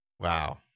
Wow